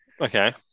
okay